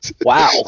wow